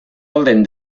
orden